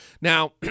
Now